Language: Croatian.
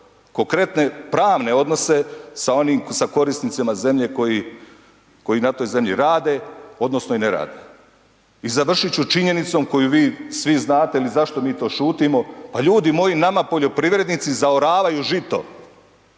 konkretne pravne odnose sa korisnicima zemlje koji na toj zemlji rade, odnosno i ne rade. I završit ću činjenicom koju vi svi znate ili zašto mi to šutimo, pa ljudi moji, nama poljoprivrednici zaoravaju žito.